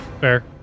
Fair